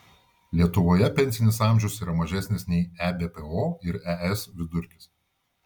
lietuvoje pensinis amžius yra mažesnis nei ebpo ir es vidurkis